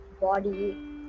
body